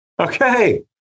Okay